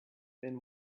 then